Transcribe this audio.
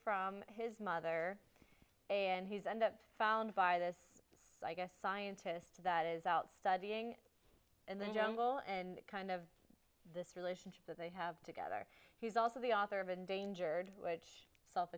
from his mother and he's and found by this i guess scientists that is out studying and then jungle and kind of this relationship that they have together he's also the author of endangered which self